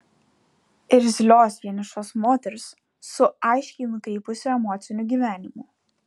irzlios vienišos moters su aiškiai nukrypusiu emociniu gyvenimu